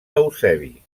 eusebi